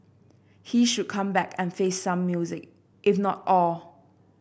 he should come back and face some music if not all